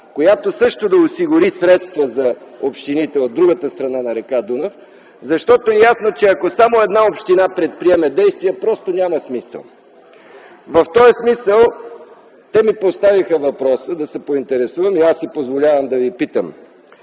която също да осигури средства за общините от другата страна на р. Дунав, защото е ясно, че ако само една община предприеме действия, просто няма смисъл. В този смисъл те ми поставиха въпроса да се поинтересувам и аз си позволявам да Ви питам: